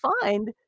find